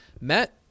met